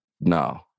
no